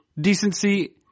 decency